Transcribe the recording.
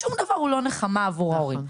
שום דבר הוא לא נחמה עבור ההורים.